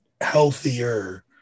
healthier –